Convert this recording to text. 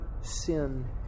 sin